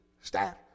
staff